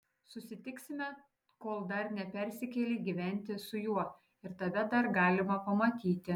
susitiksime kol dar nepersikėlei gyventi su juo ir tave dar galima pamatyti